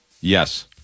Yes